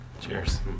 Cheers